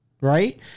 right